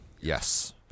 Yes